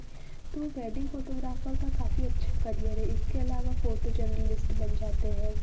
तो wedding photographer का काफ़ी अच्छा करियर है इसके अलावा फोटो जर्नलिस्ट बन जाते हैं